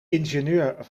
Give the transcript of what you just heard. ingenieur